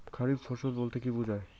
খারিফ ফসল বলতে কী বোঝায়?